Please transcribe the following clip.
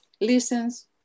listens